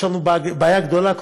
יש לנו בעיה גדולה.